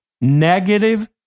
Negative